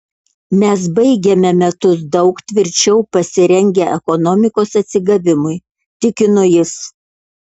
mes baigiame metus daug tvirčiau pasirengę ekonomikos atsigavimui tikino jis